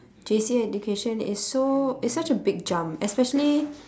J_C education it's so it's such a big jump especially